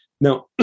Now